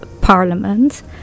Parliament